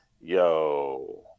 yo